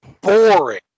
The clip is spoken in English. boring